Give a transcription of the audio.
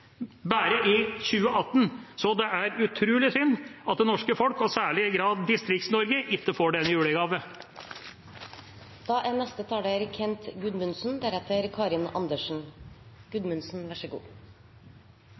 bare i 2018! Så det er utrolig synd at det norske folk, og i særlig grad Distrikts-Norge, ikke får